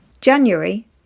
January